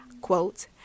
Quote